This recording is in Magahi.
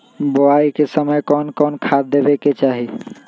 बोआई के समय कौन खाद देवे के चाही?